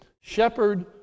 Shepherd